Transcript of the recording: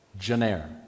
Genre